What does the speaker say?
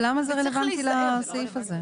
אבל למה זה רלוונטי לסעיף הזה?